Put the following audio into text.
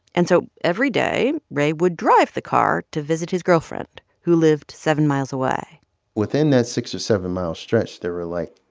and so every day ray would drive the car to visit his girlfriend, who lived about seven miles away within that six or seven-mile stretch there were, like,